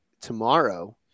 tomorrow